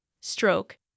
stroke